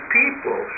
people